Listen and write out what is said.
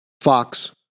Fox